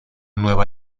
nueva